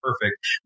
perfect